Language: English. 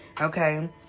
okay